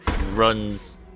runs